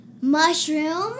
Mushroom